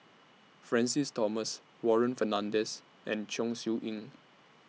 Francis Thomas Warren Fernandez and Chong Siew Ying